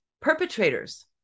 perpetrators